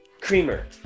creamer